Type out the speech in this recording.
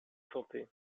santé